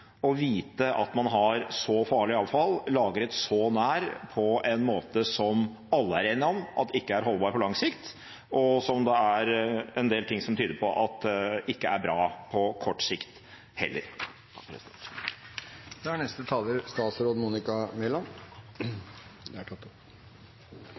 å vite at man har så farlig avfall lagret så nær på en måte som alle er enige om at ikke er holdbar på lang sikt, og som det er en del ting som tyder på at ikke er bra på kort sikt heller. Dette er